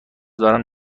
دارم